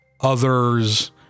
others